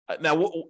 Now